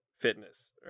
fitness